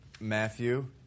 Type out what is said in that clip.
Matthew